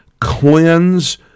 cleanse